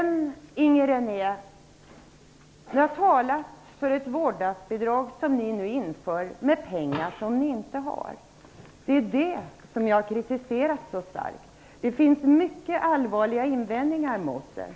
Ni har talat för ett vårdnadsbidrag som ni nu inför med pengar ni inte har, Inger René. Det är det jag har kritiserat så starkt. Det finns mycket allvarliga invändningar mot det.